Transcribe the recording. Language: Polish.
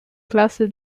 klasy